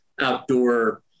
outdoor